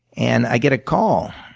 and i get a call.